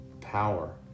power